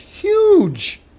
huge